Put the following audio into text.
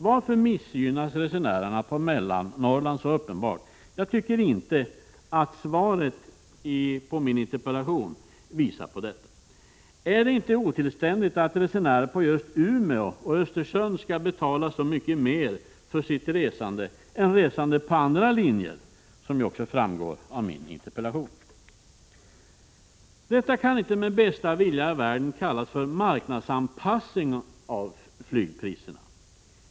Varför missgynnas resenärerna på Mellannorrland så uppenbart? Jag tycker inte att svaret på min interpellation ger något besked härvidlag. Är det inte otillständigt att resenärer på just Umeå och Östersund skall betala så mycket mer för sitt resande än resenärer på andra linjer? Det framgår ju av min interpellation hur det förhåller sig med priserna. Detta kan inte med bästa vilja i världen kallas för marknadsanpassning av flygpriserna.